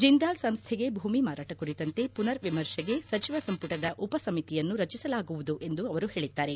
ಜಿಂದಾಲ್ ಸಂಸ್ಥೆಗೆ ಭೂಮಿ ಮಾರಾಟ ಕುರಿತಂತೆ ಮನರ್ ವಿಮರ್ಶೆಗೆ ಸಚಿವ ಸಂಪುಟದ ಉಪ ಸಮಿತಿಯನ್ನು ರಚಿಸಲಾಗುವುದು ಎಂದು ಹೇಳಿದ್ದಾರೆ